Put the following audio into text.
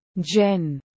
jen